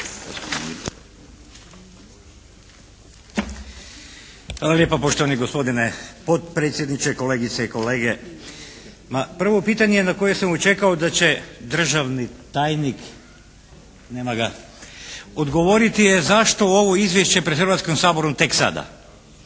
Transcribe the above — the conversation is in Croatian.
Hvala lijepa poštovani gospodine potpredsjedniče, kolegice i kolege. Ma prvo pitanje na koje sam čekao da će državni tajnik, nema ga, odgovoriti je zašto je ovo izvješće pred Hrvatskim saborom tek sada?